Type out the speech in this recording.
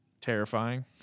terrifying